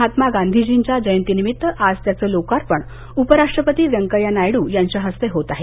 महात्मा गांधीजींच्या जयंती निमित्त आज त्याचं लोकार्पण उपराष्ट्रपती व्यंकय्या नायडू यांच्या हस्ते होत आहे